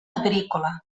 agrícola